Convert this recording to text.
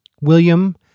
William